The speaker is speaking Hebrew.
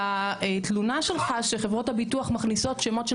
לתלונה שלך שחברות הביטוח מכניסות שמות של